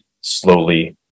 slowly